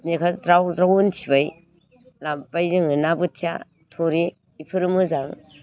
बेनिफ्राय ज्राव ज्राव उनथिबाय लाबोबाय जोङो ना बोथिया थुरि बेफोर मोजां